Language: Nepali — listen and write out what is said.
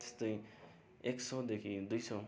त्यस्तै एक सौ देखि दुई सौ